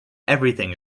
everything